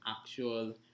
actual